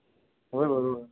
হয় বাৰু